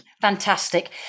Fantastic